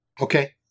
Okay